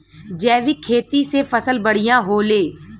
जैविक खेती से फसल बढ़िया होले